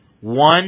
One